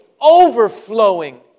overflowing